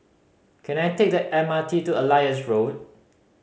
can I take the M R T to Elias Road